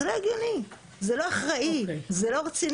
זה לא הגיוני, זה לא אחראי, זה לא רציני.